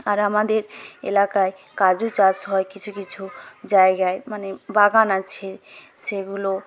আর আমাদের এলাকায় কাজু চাষ হয় কিছু কিছু জায়গায় মানে বাগান আছে সেগুলো